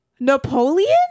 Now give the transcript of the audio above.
Napoleon